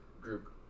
group